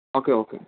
okay okay